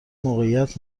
موقعیت